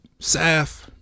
Saf